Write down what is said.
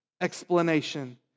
explanation